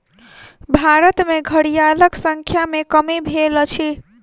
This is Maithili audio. भारत में घड़ियालक संख्या में कमी भेल अछि